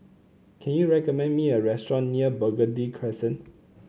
can you recommend me a restaurant near Burgundy Crescent